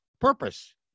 purpose